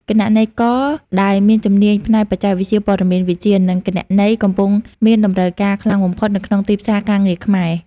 គណនេយ្យករដែលមានជំនាញផ្នែកបច្ចេកវិទ្យាព័ត៌មានវិទ្យា និងគណនេយ្យ កំពុងមានតម្រូវការខ្លាំងបំផុតនៅក្នុងទីផ្សារការងារខ្មែរ។